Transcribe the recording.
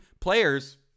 players